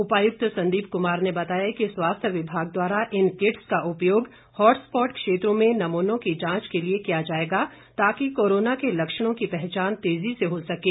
उपायुक्त संदीप कुमार ने बताया कि स्वास्थ्य विभाग द्वारा इन किट्स का उपयोग हॉटस्पॉट क्षेत्रों में नमूनों की जांच के लिए किया जाएगा ताकि कोरोना के लक्षणों की पहचान तेजी से हो सकें